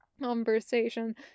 conversation